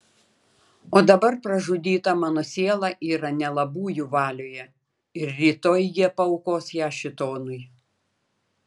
o dabar pražudyta mano siela yra nelabųjų valioje ir rytoj jie paaukos ją šėtonui